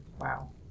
wow